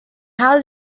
how